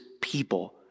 people